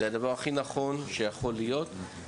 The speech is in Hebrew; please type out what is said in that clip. זה הדבר הכי נכון שיכול להיות.